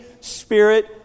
Spirit